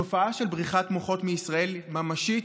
התופעה של בריחת מוחות מישראל ממשית,